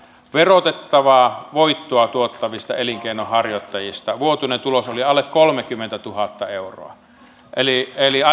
verotettavaa voittoa tuottavista elinkeinonharjoittajista vuotuinen tulos oli alle kolmekymmentätuhatta euroa eli eli